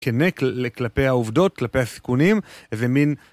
כנה כלפי העובדות, כלפי הסיכונים, איזה מין...